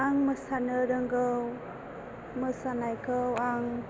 आं मोसानो रोंगौ मोसानायखौ आं